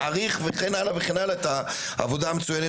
מעריך וכן הלאה וכן הלאה את העבודה המצוינת